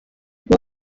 bwo